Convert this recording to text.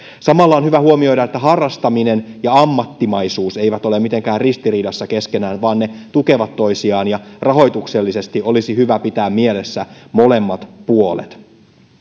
samalla on hyvä huomioida että harrastaminen ja ammattimaisuus eivät ole mitenkään ristiriidassa keskenään vaan ne tukevat toisiaan ja rahoituksellisesti olisi hyvä pitää mielessä molemmat puolet